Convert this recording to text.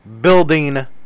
building